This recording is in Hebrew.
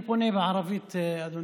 אדוני היושב-ראש, אני פונה בערבית, אדוני,